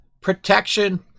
protection